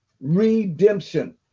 Redemption